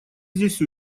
здесь